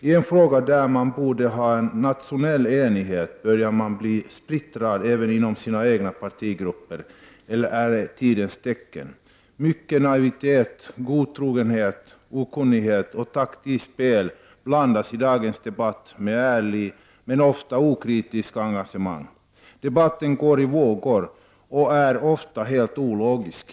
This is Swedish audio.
I en fråga där det borde råda nationell enighet börjar man bli splittrad även inom de egna partigrupperna. Är det ett tidens tecken? Mycken naivitet, godtrogenhet, okunnighet och taktikspel blandas i dagens debatt med ärligt men ofta okritiskt engagemang. Debatten går i vågor och är ofta helt ologisk.